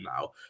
now